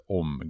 om